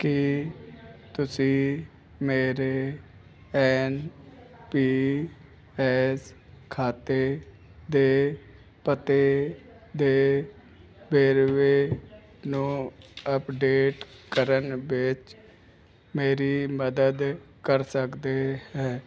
ਕੀ ਤੁਸੀਂ ਮੇਰੇ N P S ਖਾਤੇ ਦੇ ਪਤੇ ਦੇ ਵੇਰਵੇ ਨੂੰ ਅੱਪਡੇਟ ਕਰਨ ਵਿੱਚ ਮੇਰੀ ਮਦਦ ਕਰ ਸਕਦੇ ਹੋ